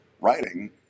writing